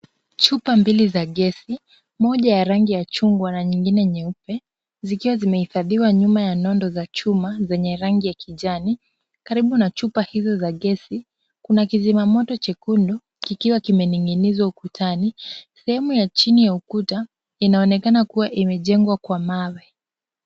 Chupa mbili za gesi, moja ya rangi ya chungwa na nyingine nyeupe zikiwa zimehifadhiwa nyuma ya nondo za chuma zenye rangi ya kijani. Karibu na chupa hizi za gesi, kuna klizimamoto chekunde kikiwa kimening'inizwa ukutani. Sehemu ya chini ya ukuta inaonekana kuwa imejengwa kwa mawe.